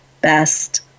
best